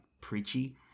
preachy